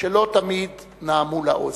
שלא תמיד נעמו לאוזן.